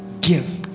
give